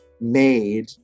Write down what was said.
made